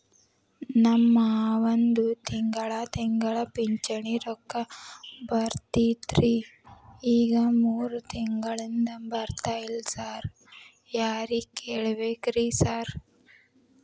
ನಮ್ ಮಾವಂದು ತಿಂಗಳಾ ತಿಂಗಳಾ ಪಿಂಚಿಣಿ ರೊಕ್ಕ ಬರ್ತಿತ್ರಿ ಈಗ ಮೂರ್ ತಿಂಗ್ಳನಿಂದ ಬರ್ತಾ ಇಲ್ಲ ಸಾರ್ ಯಾರಿಗ್ ಕೇಳ್ಬೇಕ್ರಿ ಸಾರ್?